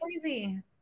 crazy